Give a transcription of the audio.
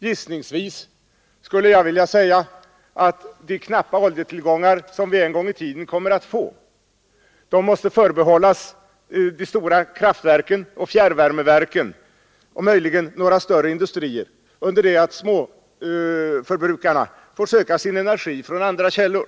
Gissningsvis skulle jag vilja säga att de knappa oljetillgångar som vi en gång i tiden kommer att få måste förbehållas de stora kraftverken och fjärrvärmeverken och möjligen några större industrier, under det att småförbrukarna får söka sin energi från andra källor.